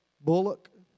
bullock